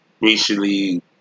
recently